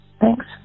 thanks